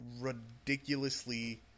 ridiculously